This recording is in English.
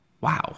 wow